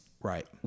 right